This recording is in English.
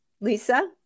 Lisa